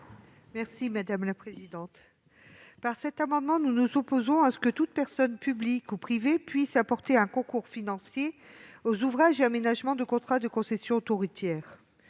Mme Michelle Gréaume. Par cet amendement, nous nous opposons à ce que toute personne publique ou privée puisse apporter un concours financier aux ouvrages et aménagements de contrat de concessions autoroutières.